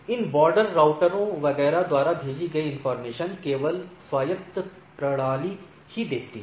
इन border राउटरों वगैरह द्वारा भेजी गयी इनफार्मेशन केवल स्वायत्त प्रणाली ही देखती है